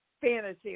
fantasy